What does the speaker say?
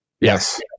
yes